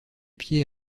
pieds